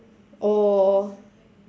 or